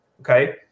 okay